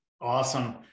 Awesome